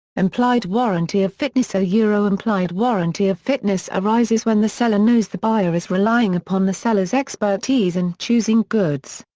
implied warranty of fitness ah yeah implied warranty of fitness arises when the seller knows the buyer is relying upon the seller's expertise in choosing goods.